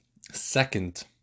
second